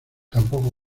tampoco